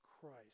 Christ